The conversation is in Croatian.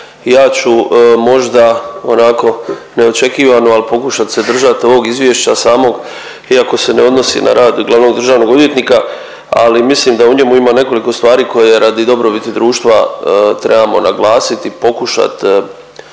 Ja ću možda onako neočekivano al pokušat se držat ovog izvješća samog iako se ne odnosi na rad glavnog državnog odvjetnika, ali mislim da u njemu ima nekoliko stvari koje radi dobrobiti društva trebamo naglasiti i pokušat